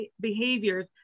behaviors